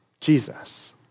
Jesus